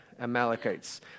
Amalekites